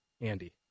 Andy